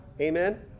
Amen